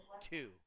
two